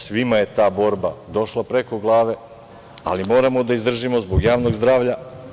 Svima je ta borba došla preko glave, ali moramo da izdržimo zbog javnog zdravlja.